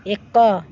ଏକ